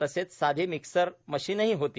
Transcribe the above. तसेच साधी मिक्सर मशिनही होती